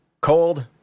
cold